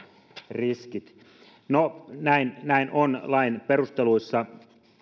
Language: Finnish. riskit no näin näin on lain perusteluissa